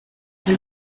will